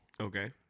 Okay